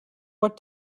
what